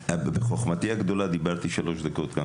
בחוכמתי הגדולה דיברתי שלוש דקות גם